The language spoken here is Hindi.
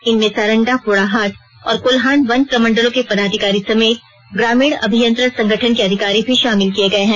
इसमें सारंडा पोड़ाहाट और कोल्हान वन प्रमंडलों के पदाधिकारी समेत ग्रामीण अभियंत्रण संगठन के अधिकारी भी शामिल किए गए हैं